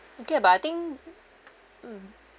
okay but I think mm